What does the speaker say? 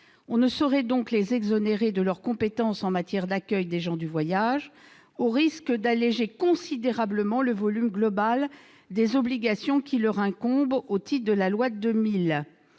On ne saurait donc les exonérer de leur compétence en matière d'accueil des gens du voyage, au risque d'alléger considérablement le volume global des obligations qui leur incombent au titre de la loi de 2000.